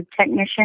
technician